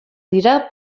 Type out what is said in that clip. dira